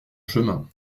chemin